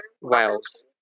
Wales